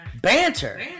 banter